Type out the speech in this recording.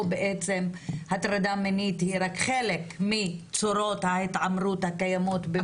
או בעצם הטרדה מינית היא רק חלק מצורות ההתעמרות הקיימות.